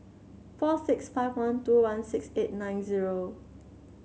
four six five one two one six eight nine zero